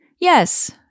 Yes